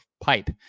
pipe